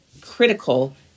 critical